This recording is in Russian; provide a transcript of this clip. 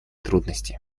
трудности